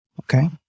Okay